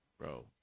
bro